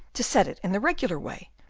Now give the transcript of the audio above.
to set it in the regular way,